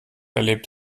erlebt